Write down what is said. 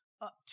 Up